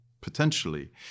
potentially